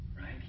right